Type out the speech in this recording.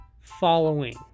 following